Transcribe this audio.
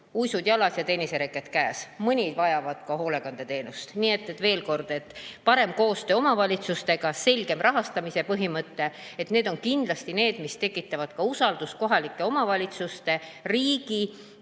uisud jalas ja tennisereket käes, mõned vajavad ka hoolekandeteenust. Nii et veel kord: parem koostöö omavalitsustega, selgem rahastamise põhimõte. See on kindlasti see, mis tekitab usaldust kohalike omavalitsuste, riigi